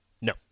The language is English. no